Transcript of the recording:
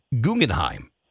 Guggenheim